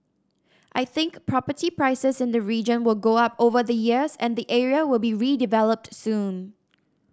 I think property prices in the region will go up over the years and the area will be redeveloped soon